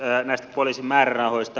näistä poliisin määrärahoista